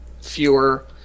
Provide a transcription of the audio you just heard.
fewer